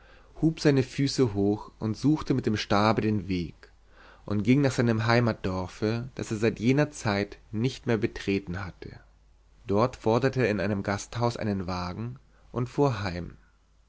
hub seine füße hoch und suchte mit dem stabe den weg und ging nach seinem heimatsdorfe das er seit jener zeit nicht mehr betreten hatte dort forderte er in einem gasthaus einen wagen und fuhr heim